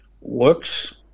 works